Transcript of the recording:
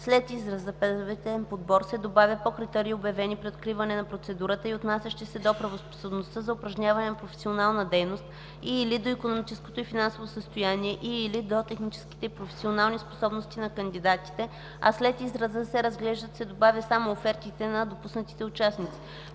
след израза „предварителен подбор” се добавя „по критерии, обявени при откриване на процедурата и отнасящи се до правоспособността за упражняване на професионална дейност и/или до икономическото и финансово състояние, и/или до техническите и професионални способности на кандидатите”, а след израза „се разглеждат” се добавя „само офертите на допуснатите участници.”.